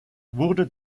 wurde